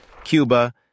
Cuba